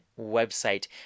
website